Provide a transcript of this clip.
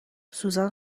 سوزان